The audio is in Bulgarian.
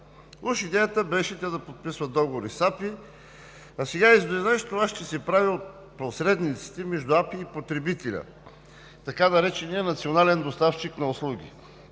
Уж идеята беше те да подписват договори с АПИ, а сега изведнъж това ще се прави от посредниците между АПИ и потребителя, така наречения национален доставчик на услуги.